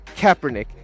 Kaepernick